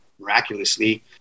miraculously